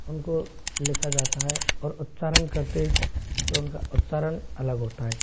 उनको लिखा जाता है और उच्चारण करते तो उनका उच्चारण अलग होता है